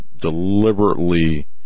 deliberately